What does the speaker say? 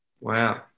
Wow